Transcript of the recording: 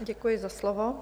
Děkuji za slovo.